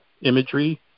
imagery